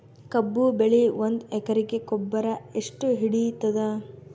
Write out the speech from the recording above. ಕಬ್ಬು ಬೆಳಿ ಒಂದ್ ಎಕರಿಗಿ ಗೊಬ್ಬರ ಎಷ್ಟು ಹಿಡೀತದ?